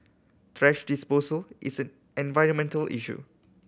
thrash disposal is a environmental issue